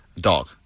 Dog